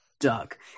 duck